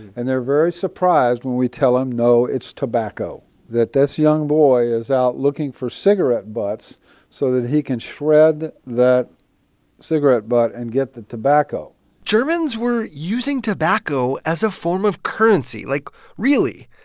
and they're very surprised when we tell them, no, it's tobacco that this young boy is out looking for cigarette butts so that he can shred that cigarette butt and get the tobacco germans were using tobacco as a form of currency like, really.